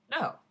No